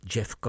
Jeff